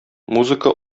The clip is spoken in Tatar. музыка